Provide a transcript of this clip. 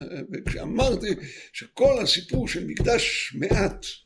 וכשאמרתי שכל הסיפור של מקדש מעט